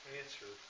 answer